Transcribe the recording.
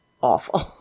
awful